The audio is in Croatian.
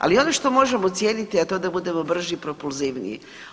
Ali ono što može ocijeniti je to da budemo brži i propulzivniji.